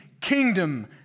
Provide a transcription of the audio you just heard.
kingdom